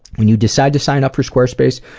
when you decide to sign up for squarespace.